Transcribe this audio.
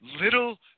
little